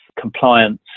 compliance